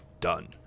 done